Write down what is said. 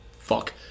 fuck